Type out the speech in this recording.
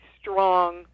strong